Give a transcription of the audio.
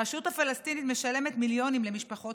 הרשות הפלסטינית משלמת מיליונים למשפחות